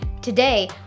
Today